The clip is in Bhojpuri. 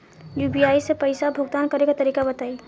यू.पी.आई से पईसा भुगतान करे के तरीका बताई?